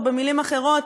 או במילים אחרות,